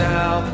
Now